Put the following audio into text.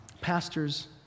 pastors